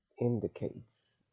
indicates